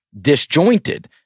disjointed